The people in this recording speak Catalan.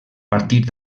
partir